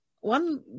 one